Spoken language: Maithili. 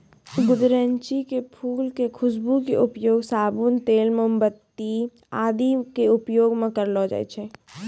गुदरैंची के फूल के खुशबू के उपयोग साबुन, तेल, मोमबत्ती आदि के उपयोग मं करलो जाय छै